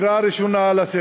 הוא כבר בקריאה ראשונה לסדר.